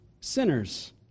sinners